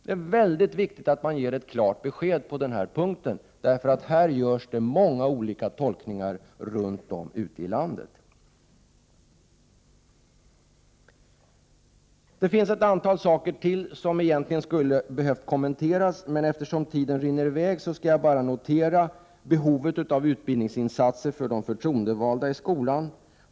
Det är mycket viktigt att regeringen ger ett klart besked på denna punkt, därför att det görs många olika tolkningar runt om i landet. Det finns ytterligare ett antal saker som skulle behöva kommenteras, men eftersom tiden rinner i väg skall jag bara notera behovet av utbildningsinsatser för de förtroendevalda i skolan.